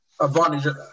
advantage